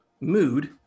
mood